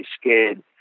scared